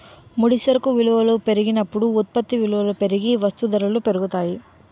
ముడి సరుకు విలువల పెరిగినప్పుడు ఉత్పత్తి విలువ పెరిగి వస్తూ ధరలు పెరుగుతాయి